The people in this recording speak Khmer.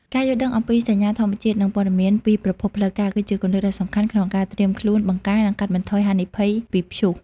ការយល់ដឹងអំពីសញ្ញាធម្មជាតិ និងព័ត៌មានពីប្រភពផ្លូវការ គឺជាគន្លឹះដ៏សំខាន់ក្នុងការត្រៀមខ្លួនបង្ការ និងកាត់បន្ថយហានិភ័យពីព្យុះ។